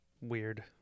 weird